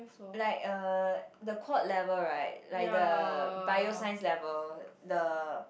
like a the Quad level right like the bioscience level the